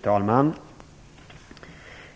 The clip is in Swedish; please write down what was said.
Fru talman!